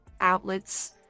outlets